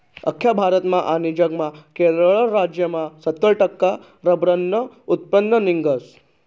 आख्खा भारतमा आनी जगमा केरळ राज्यमा सत्तर टक्का रब्बरनं उत्पन्न निंघस